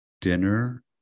dinner